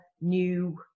new